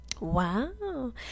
Wow